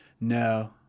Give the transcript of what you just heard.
no